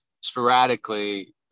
sporadically